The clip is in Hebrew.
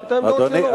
את העמדות שלו.